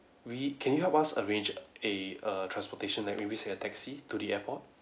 we can you help us arrange a err transportation like maybe say a taxi to the airport